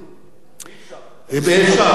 אצלי אין פשרות.